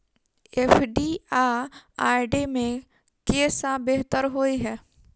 FD आ RD मे केँ सा बेहतर होइ है?